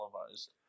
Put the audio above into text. televised